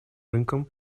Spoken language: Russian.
рынкам